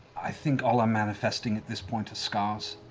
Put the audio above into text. i think all i'm manifesting at this point is scars.